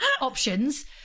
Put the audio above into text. options